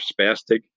spastic